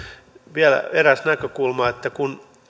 vielä eräs näkökulma kun